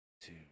Two